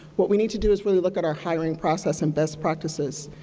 what we need to do is really look at our hiring process and best practices.